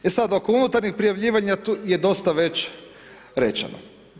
E sad oko unutarnjeg prijavljivanja je dosta već rečeno.